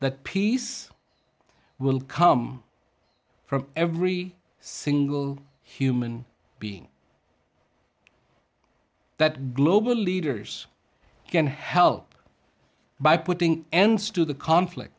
that peace will come from every single human being that global leaders can help by putting ends to the conflict